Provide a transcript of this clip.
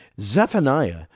Zephaniah